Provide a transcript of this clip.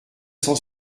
cent